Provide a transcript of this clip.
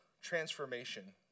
transformation